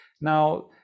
Now